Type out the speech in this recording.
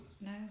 No